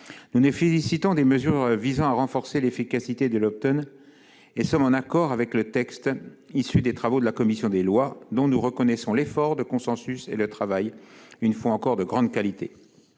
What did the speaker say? Nous nous félicitons des mesures visant à renforcer l'efficacité de l'et sommes d'accord avec le texte issu des travaux de la commission des lois, dont nous saluons l'effort de consensus et le travail, une fois encore de grande qualité.